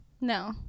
No